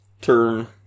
turn